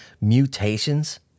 Mutations